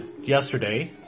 yesterday